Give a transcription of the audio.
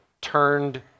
turned